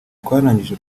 twarangije